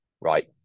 Right